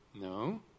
No